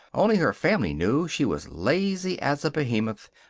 only her family knew she was lazy as a behemoth,